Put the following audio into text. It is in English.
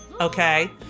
okay